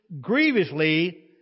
grievously